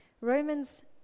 Romans